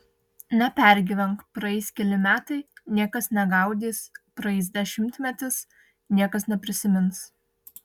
nepergyvenk praeis keli metai niekas negaudys praeis dešimtmetis niekas neprisimins